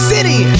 City